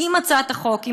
היא לא אושרה עד היום.